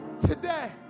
Today